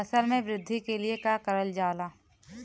फसल मे वृद्धि के लिए का करल जाला?